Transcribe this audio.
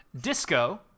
Disco